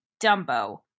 Dumbo